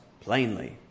plainly